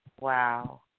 Wow